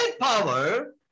power